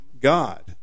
God